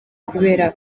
kubera